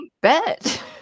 bet